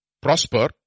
prosper